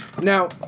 Now